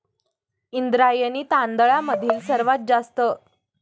इंद्रायणी तांदळामधील सर्वात जास्त उत्पादन देणारा प्रकार कोणता आहे?